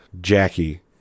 Jackie